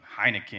Heineken